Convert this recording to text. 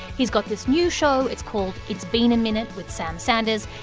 he's got this new show. it's called it's been a minute with sam sanders.